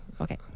Okay